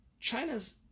China's